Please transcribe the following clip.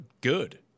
good